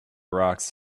rocks